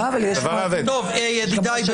ידידיי,